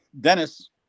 Dennis